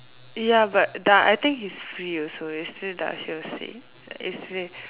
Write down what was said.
ya but Da I think he's free also yesterday Da also saying yesterday